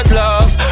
love